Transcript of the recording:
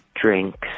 drinks